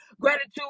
gratitude